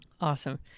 Awesome